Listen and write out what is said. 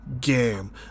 Game